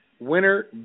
Winner